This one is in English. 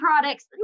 products